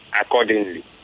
accordingly